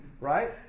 Right